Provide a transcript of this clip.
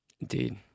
Indeed